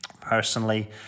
personally